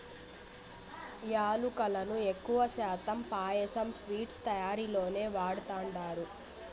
యాలుకలను ఎక్కువ శాతం పాయసం, స్వీట్స్ తయారీలోనే వాడతండారు